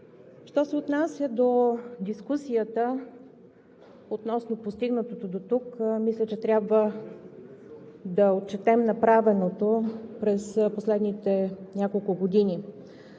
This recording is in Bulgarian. Що се отнася до дискусията относно постигнатото дотук, мисля, че трябва да отчетем направеното през последните няколко години.